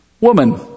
Woman